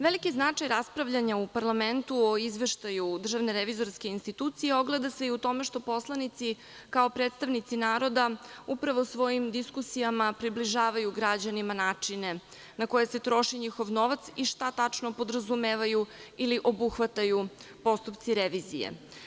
Veliki značaj raspravljanja u parlamentu o Izveštaju Državne revizorske institucije ogleda se i u tome što poslanici, kao predstavnici naroda, upravo svojim diskusijama približavaju građanima načine na koje se troši njihov novac i šta tačno podrazumevaju ili obuhvataju postupci revizije.